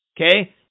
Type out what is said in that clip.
okay